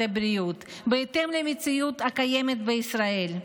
הבריאות בהתאם למציאות הקיימת בישראל.